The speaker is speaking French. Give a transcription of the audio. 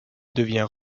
devient